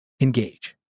engage